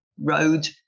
road